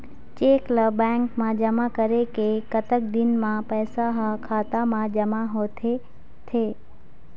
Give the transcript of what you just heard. Cheque ला bank मा जमा करे के कतक दिन मा पैसा हा खाता मा जमा होथे थे?